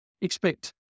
expect